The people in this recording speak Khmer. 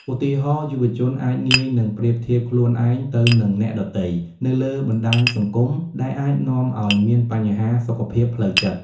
ឧទាហរណ៍ យុវជនអាចងាយនឹងប្រៀបធៀបខ្លួនឯងទៅនឹងអ្នកដទៃនៅលើបណ្តាញសង្គម ដែលអាចនាំឱ្យមានបញ្ហាសុខភាពផ្លូវចិត្ត។